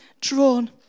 drawn